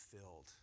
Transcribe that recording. filled